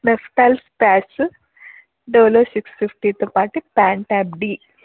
నెఫ్టల్ స్పాచ్ డోలో సిక్స్ ఫిఫ్టీతో పాటు ఫ్యాన్ టాబ్ డి